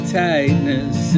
tightness